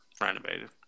renovated